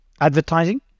Advertising